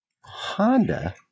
Honda